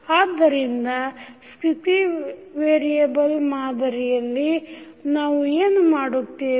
ಆದ್ದರಿಂದ ಸ್ಥಿತಿ ವೇರಿಯೆಬಲ್ ಮಾದರಿಯಲ್ಲಿ ನಾವು ಏನು ಮಾಡುತ್ತೇವೆ